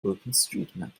openstreetmap